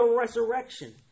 resurrection